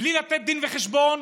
בלי לתת דין וחשבון,